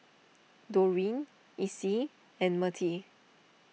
Doreen Icie and Mertie